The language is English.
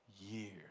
years